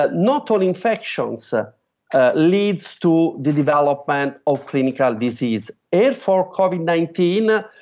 but not all infections so ah lead so to the development of clinical disease, therefore covid nineteen,